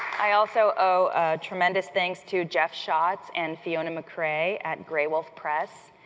i also owe a tremendous thanks to jeff shotz and fiona mccrae at gray wolf press,